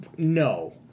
No